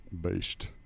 based